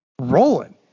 rolling